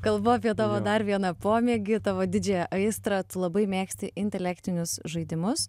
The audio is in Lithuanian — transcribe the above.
kalbu apie tavo dar vieną pomėgį tavo didžiąją aistrą tu labai mėgsti intelektinius žaidimus